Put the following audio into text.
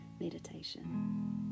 Meditation